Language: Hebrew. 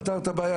פתרת את הבעיה.